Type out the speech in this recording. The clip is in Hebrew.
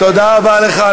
תודה רבה לך.